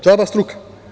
Džaba struka.